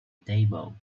table